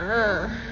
ah